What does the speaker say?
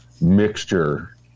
mixture